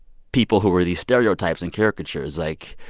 people who are these stereotypes and caricatures. like,